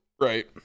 Right